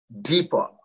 deeper